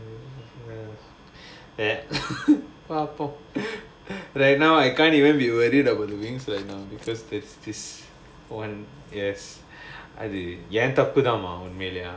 eh பார்ப்போம்:paarpom right now I can't even be worried about the wings right now because there's this yes என் தப்பு தான்மா உண்மையிலேயே:en thappu thaanmaa unmaiyilayae